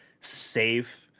safe